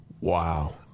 Wow